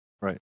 right